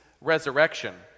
resurrection